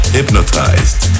Hypnotized